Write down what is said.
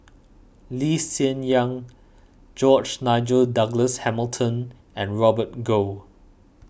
Lee Hsien Yang George Nigel Douglas Hamilton and Robert Goh